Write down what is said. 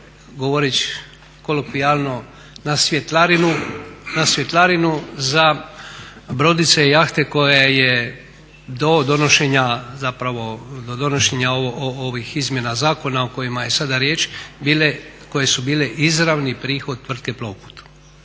govoreći kolokvijalno, na svjetlarinu za brodice i jahte koje je do donošenja ovih izmjena zakona o kojima je sada riječ koje su bile izravni prihod tvrtke Plovput.